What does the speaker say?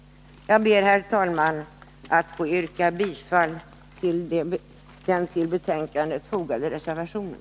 Jag ber, herr talman, att få yrka bifall till den vid betänkandet fogade reservationen.